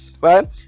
right